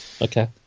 Okay